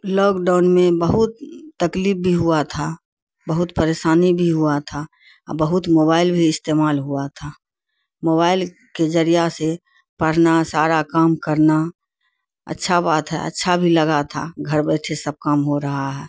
lock down میں بہت تکلیف بھی ہوا تھا بہت پریشانی بھی ہوا تھا بہت موبائل بھی استعمال ہوا تھا موبائل کے ذریعہ سے پڑھنا سارا کام کرنا اچھا بات ہے اچھا بھی لگا تھا گھر بیٹھے سب کام ہو رہا ہے